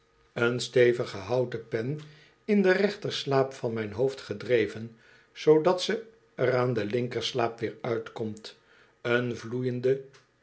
een stevige houten pen in den rechterslaap van mijn hoofd gedreven zoodat ze er aan den linkerslaap weer uitkomt een vloeiende